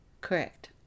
Correct